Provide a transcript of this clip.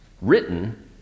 written